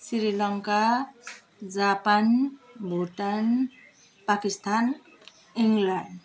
Sri Lanka Japan Bhutan Pakistan England